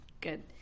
good